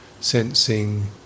sensing